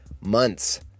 months